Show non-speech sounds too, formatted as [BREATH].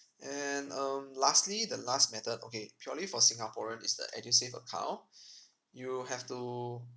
and um lastly the last method okay purely for singaporean is the edusave account [BREATH] you'll have to